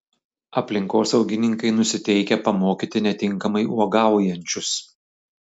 aplinkosaugininkai nusiteikę pamokyti netinkamai uogaujančius